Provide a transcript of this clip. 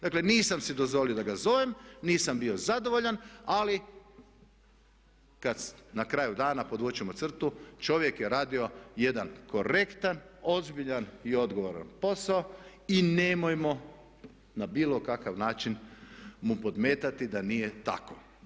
Dakle, nisam si dozvolio da ga zovem, nisam bio zadovoljan ali kad na kraju dana podvučemo crtu čovjek je radio jedan korektan, ozbiljan i odgovoran posao i nemojmo na bilo kakav način mu podmetati da nije tako.